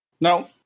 No